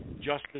justice